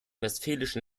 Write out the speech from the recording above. westfälischen